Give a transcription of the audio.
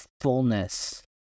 fullness